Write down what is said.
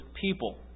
people